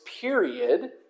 period